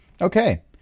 Okay